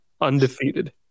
Undefeated